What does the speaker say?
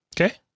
Okay